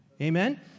Amen